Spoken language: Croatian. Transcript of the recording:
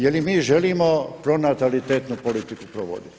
Je li mi želimo pronatalitetnu politiku provoditi.